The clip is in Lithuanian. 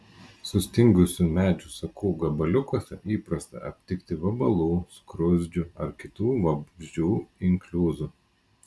sustingusių medžių sakų gabaliukuose įprasta aptikti vabalų skruzdžių ar kitų vabzdžių inkliuzų